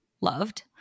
Loved